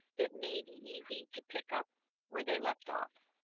it may be easy to pick up where they left off